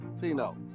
Tino